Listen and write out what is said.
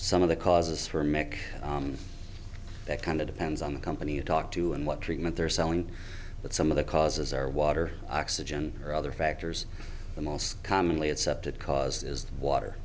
some of the causes for mc that kind of depends on the company you talk to and what treatment they're selling but some of the causes are water oxygen or other factors the most commonly accepted cause is the water